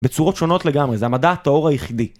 בצורות שונות לגמרי, זה המדע הטהור היחידי.